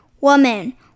Woman